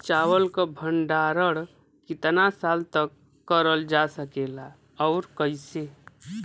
चावल क भण्डारण कितना साल तक करल जा सकेला और कइसे?